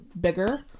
bigger